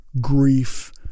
grief